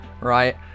Right